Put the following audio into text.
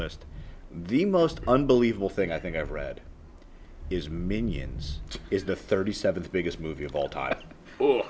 list the most unbelievable thing i think i've read is minions is the thirty seventh biggest movie of all time